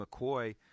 McCoy